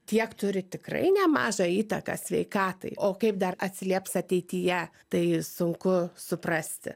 tiek turi tikrai nemažą įtaką sveikatai o kaip dar atsilieps ateityje tai sunku suprasti